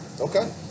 Okay